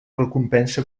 recompensa